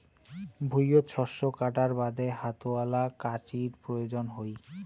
ভুঁইয়ত শস্য কাটার বাদে হাতওয়ালা কাঁচির প্রয়োজন হই